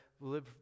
live